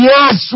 Yes